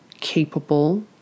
capable